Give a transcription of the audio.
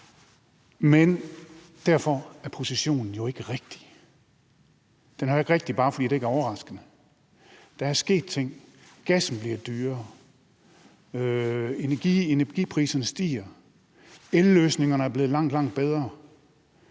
Men derfor er positionen jo ikke rigtig; den er jo ikke rigtig, bare fordi det ikke er overraskende. Der er sket ting. Gassen bliver dyrere, energipriserne stiger, elløsningerne er blevet langt,